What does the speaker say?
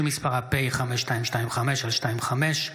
שמספרה פ/5225/25.